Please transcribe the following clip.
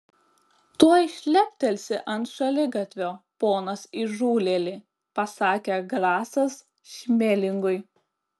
tuoj šleptelsi ant šaligatvio ponas įžūlėli pasakė grasas šmelingui